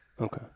okay